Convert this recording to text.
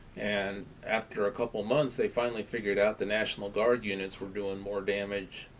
and after a couple months they finally figured out the national guard units were doing more damage